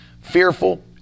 fearful